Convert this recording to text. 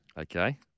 okay